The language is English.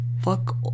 fuck